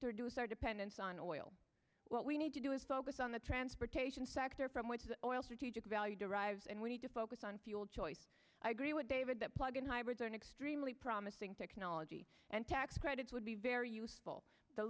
our dependence on oil what we need to do is focus on the transportation sector from which the oil strategic value derives and we need to focus on fuel choice i agree with david that plug in hybrids are an extremely promising technology and tax credits would be very useful the